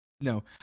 no